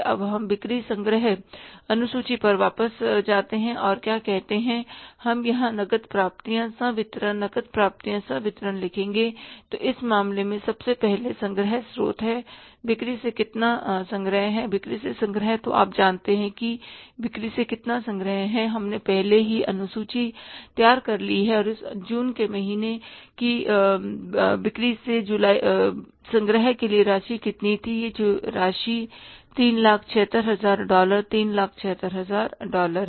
अब हम बिक्री संग्रह अनुसूची पर वापस जाते हैं और क्या कहते हैं हम यहां नकद प्राप्तियां संवितरण नकद प्राप्तियां संवितरण लिखेंगे तो इस मामले में सबसे पहला संग्रह स्रोत है बिक्री से कितना संग्रह है बिक्री से संग्रह तो आप जानते हैं कि बिक्री से कितना संग्रह है हमने पहले ही अनुसूची तैयार कर ली है और इस जून के महीने जुलाई की बिक्री से संग्रह के लिए राशि कितनी थी यह राशि 376000 डॉलर 376000 डॉलर है